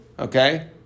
Okay